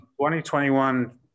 2021